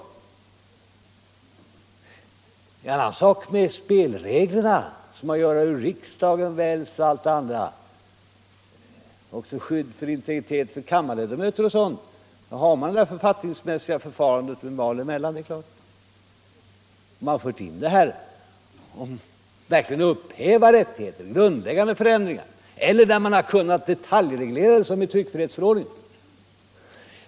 Det är en annan sak med spelreglerna för hur riksdagen väljs och även med skyddet för kammarledamöterna, osv. Vi har då det författningsmässiga förfarandet med val emellan besluten. Man har fört in regler om hur det går till att verkligen upphäva rättigheter eller att företa grundläggande förändringar. Eller också har man — där det varit möjligt — detaljreglerat förfarandet, såsom i tryckfrihetsförordningen.